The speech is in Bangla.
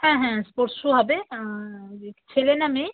হ্যাঁ হ্যাঁ স্পোর্টস শ্যু হবে ছেলে না মেয়ে